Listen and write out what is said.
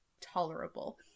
tolerable